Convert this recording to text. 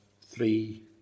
three